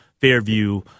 Fairview